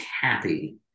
happy